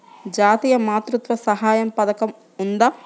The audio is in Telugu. జాతీయ మాతృత్వ సహాయ పథకం ఉందా?